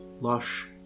Lush